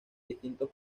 distintos